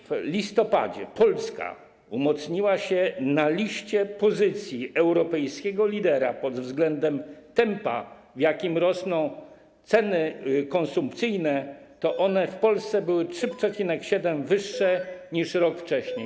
W listopadzie Polska umocniła się na pozycji europejskiego lidera pod względem tempa, w jakim rosną ceny konsumpcyjne, które w Polsce były o 3,7 wyższe niż rok wcześniej.